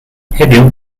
heddiw